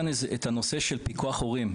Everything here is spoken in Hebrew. לגבי פיקוח הורים,